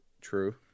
True